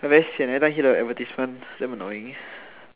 very sian every time near the advertisement damn annoying